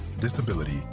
disability